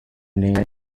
name